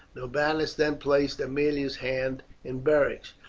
norbanus then placed aemilia's hand in beric's.